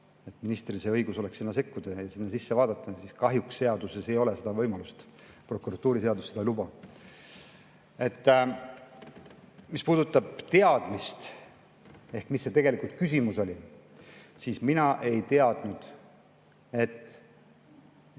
et ministril oleks õigus sinna sekkuda ja sinna sisse vaadata, aga kahjuks seaduses ei ole seda võimalust. Prokuratuuriseadus seda ei luba. Mis puudutab teadmist ehk seda, mis see küsimus oli, siis mina ei teadnud, et